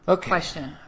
question